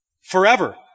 forever